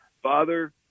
Father